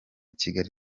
kigali